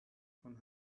von